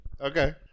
okay